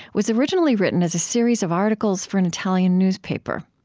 was originally written as a series of articles for an italian newspaper.